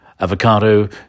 avocado